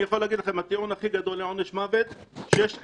אני יכול להגיד לכם שהטיעון הכי גדול לעונש מוות הוא שיש עשרות,